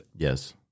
Yes